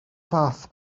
fath